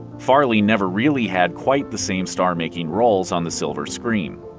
farley never really had quite the same star-making roles on the silver screen.